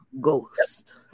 Ghost